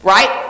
Right